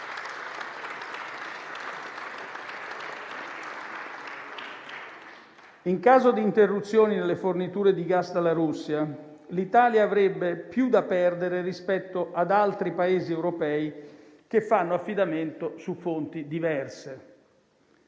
In caso di interruzione delle forniture di gas dalla Russia, l'Italia avrebbe più da perdere rispetto ad altri Paesi europei che fanno affidamento su fonti diverse,